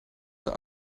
zur